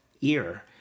ear